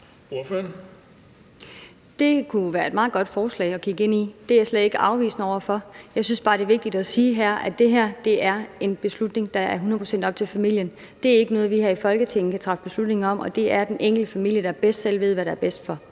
kunne være et meget godt forslag at kigge ind i. Det er jeg slet ikke afvisende over for. Jeg synes bare, at det er vigtigt at sige her, at det her er en beslutning, der er hundrede procent op til familien. Det er ikke noget, vi her i Folketinget kan træffe beslutninger om. Det er den enkelte familie, der bedst selv ved, hvad der er bedst for